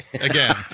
Again